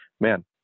Man